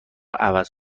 عوض